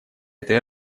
этой